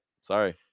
sorry